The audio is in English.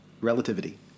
Relativity